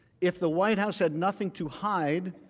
if the white house had nothing to hide,